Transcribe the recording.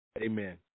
Amen